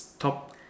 Top